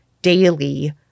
daily